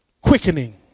quickening